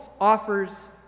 offers